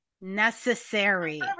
necessary